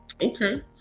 okay